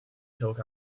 talk